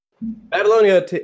Babylonia